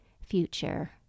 future